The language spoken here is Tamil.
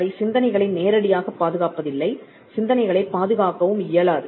அவை சிந்தனைகளை நேரடியாகப் பாதுகாப்பதில்லை சிந்தனைகளைப் பாதுகாக்கவும் இயலாது